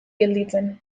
gelditzen